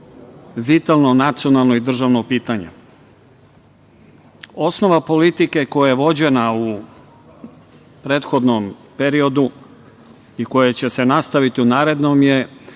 vitalno i nacionalno i državno pitanje. Osnova politike koja je vođena u prethodnom periodu i koja će se nastaviti u narednom je